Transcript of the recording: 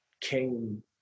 came